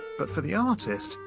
but for the artist,